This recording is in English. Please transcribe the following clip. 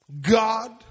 God